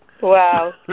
Wow